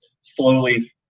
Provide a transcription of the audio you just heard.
slowly